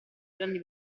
grandi